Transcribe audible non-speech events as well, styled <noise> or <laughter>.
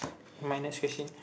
my next question <breath>